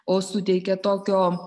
o suteikia tokio